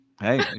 Hey